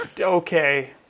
Okay